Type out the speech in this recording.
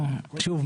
שוב,